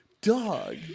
dog